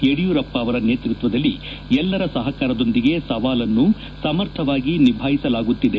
ಯಡಿಯೂರಪ್ಪ ಅವರ ನೇತೃತ್ವದಲ್ಲಿ ಎಲ್ಲರ ಸಹಕಾರದೊಂದಿಗೆ ಸವಾಲನ್ನು ಸಮರ್ಥವಾಗಿ ನಿಭಾಯಿಸಲಾಗುತ್ತಿದೆ